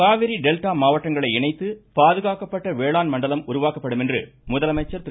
Kaveri delta மாவட்டங்களை இணைத்து பாதுகாக்கப்பட்ட வேளாண் மண்டலம் உருவாக்கப்படும் என முதலமைச்சர் திரு